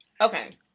Okay